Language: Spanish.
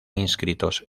inscritos